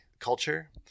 culture